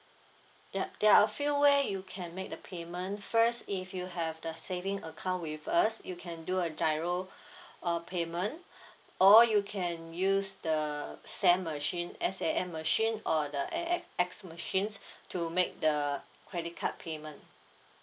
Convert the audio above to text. ya there are a few way you can make the payment first if you have the saving account with us you can do a GIRO err payment or you can use the SAM machine S_A_M machine or the A_X_S machines to make the credit card payment